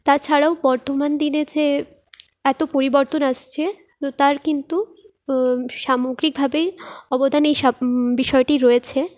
তাছাড়াও বর্তমান দিনে যে এতো পরিবর্তন আসছে তার কিন্তু সামগ্রিকভাবেই অবদান এই বিষয়টি রয়েছে